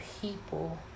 people